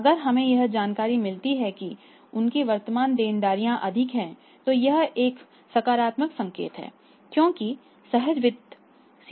अगर हमें यह जानकारी मिलती है कि उनकी वर्तमान देनदारियां अधिक हैं तो यह एक सकारात्मक संकेत है क्योंकि सहज वित्त सीमा अधिक है